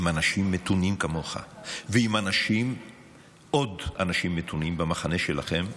עם אנשים מתונים כמוך ועם עוד אנשים מתונים במחנה שלכם.